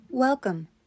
Welcome